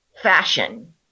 fashion